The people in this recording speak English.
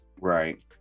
Right